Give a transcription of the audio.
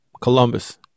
Columbus